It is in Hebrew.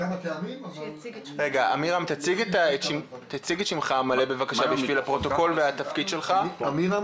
לפני שאנחנו שומעים את נת"ע ובהמשך לדברים החשובים של דני אני